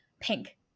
pink